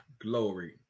glory